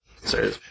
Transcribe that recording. Sorry